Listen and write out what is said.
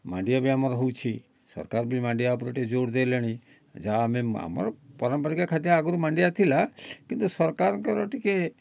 ମାଣ୍ଡିଆ ବି ଆମର ହେଉଛି ସରକାର ବି ମାଣ୍ଡିଆ ଉପରେ ଟିକେ ଜୋର ଦେଲେଣି ଯା ଆମେ ଆମର ପାରମ୍ପରିକ ଖାଦ୍ୟ ଆଗରୁ ମାଣ୍ଡିଆ ଥିଲା କିନ୍ତୁ ସରକାରଙ୍କର ଟିକେ